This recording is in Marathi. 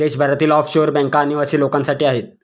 देशभरातील ऑफशोअर बँका अनिवासी लोकांसाठी आहेत